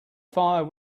fire